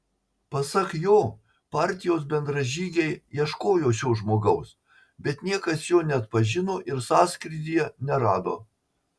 pasak jo partijos bendražygiai ieškojo šio žmogaus bet niekas jo neatpažino ir sąskrydyje nerado